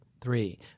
three